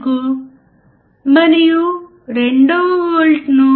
5 వోల్ట్ల ఉన్నప్పుడు